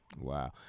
Wow